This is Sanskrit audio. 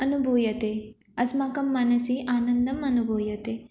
अनुभूयते अस्माकं मनसि आनन्दम् अनुभूयते